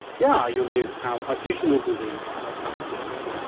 yeah, you may have additional beliefs or practices,